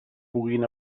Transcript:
puguin